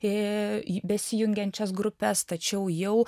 besijungiančias grupes tačiau jau